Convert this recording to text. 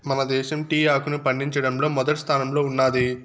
మన దేశం టీ ఆకును పండించడంలో మొదటి స్థానంలో ఉన్నాది